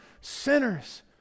sinners